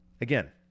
again